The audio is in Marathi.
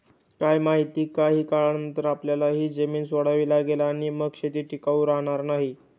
काय माहित, काही काळानंतर आपल्याला ही जमीन सोडावी लागेल आणि मग शेती टिकाऊ राहणार नाही